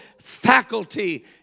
faculty